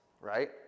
right